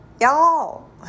y'all